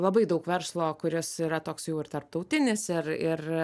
labai daug verslo kuris yra toks jau ir tarptautinis ir ir